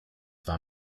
war